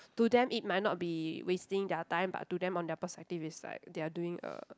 to them it might not be wasting their time but to them on their perspective it's like they are doing a